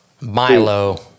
Milo